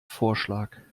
vorschlag